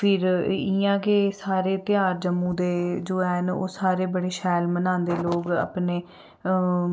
फिर इ'यां गै सारे धेयार जम्मू दे जो हैन ओह् सारे बड़े शैल मनांदे लोग अपने